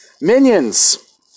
Minions